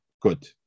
good